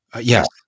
Yes